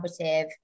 collaborative